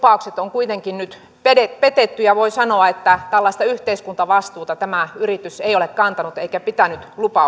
kuitenkin nyt petetty ja voi sanoa että tällaista yhteiskuntavastuuta tämä yritys ei ole kantanut eikä pitänyt lupauksiaan eilen te ministeri lindström